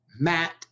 Matt